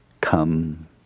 come